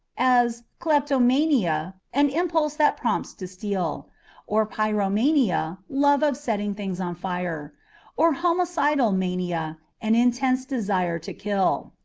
as kleptomania, an impulse that prompts to steal or pyromania, love of setting things on fire or homicidal mania, an intense desire to kill.